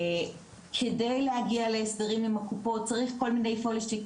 כדי להגיע להסדרים עם הקופות צריך כל מיני 'פולשטיק',